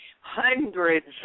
hundreds